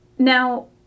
Now